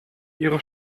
ihre